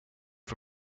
for